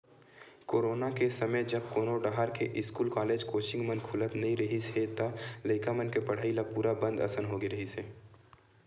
corona के समे जब कोनो डाहर के इस्कूल, कॉलेज, कोचिंग मन खुलत नइ रिहिस हे त लइका मन के पड़हई ल पूरा बंद असन होगे रिहिस हे